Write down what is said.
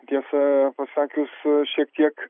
tiesą pasakius šiek tiek